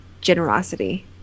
generosity